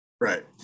Right